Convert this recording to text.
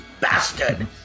bastard